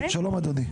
שלום אדוני.